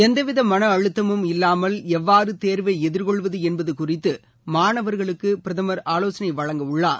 எந்தவித மன அழுத்தமும் இல்லாமல் தேர்வை எவ்வாறு எதிர்கொள்வது என்பது குறித்து மாணவர்களுக்கு பிரதமர் ஆலோசனை வழங்கவுள்ளார்